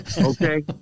Okay